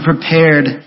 prepared